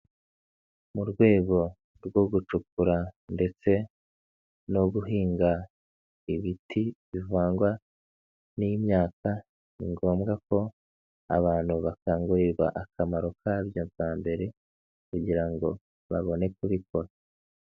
Mu rwego rwo gucukura ndetse no guhinga ibiti bivangwa n'imyaka, ni ngombwa ko abantu bakangurirwa akamaro kabyo bwa mbere kugira ngo babone kubikora.